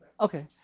Okay